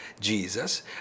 Jesus